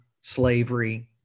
slavery